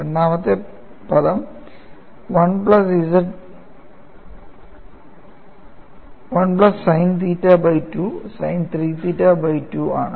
രണ്ടാമത്തെ പദം 1 plus sine theta by 2 sine 3 theta by 2 ആണ്